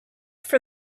for